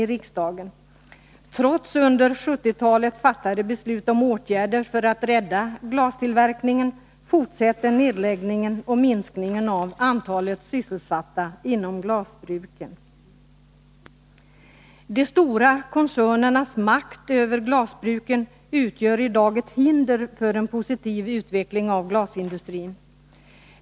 Trots under 1970-talet fattade beslut om åtgärder för att rädda glastillverkningen fortsätter nedläggningen och minskningen av antalet sysselsatta inom glasbruken. De stora koncernernas makt över glasbruken utgör i dag ett hinder för en positiv utveckling av glasindustrin.